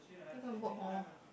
then can work or